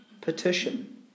Petition